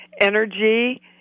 energy